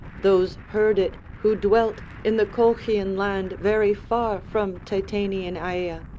those heard it who dwelt in the colchian land very far from titanian aea,